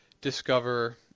discover